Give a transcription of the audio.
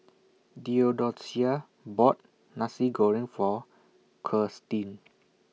Theodocia bought Nasi Goreng For Kirstin